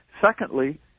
Secondly